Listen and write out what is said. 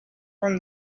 from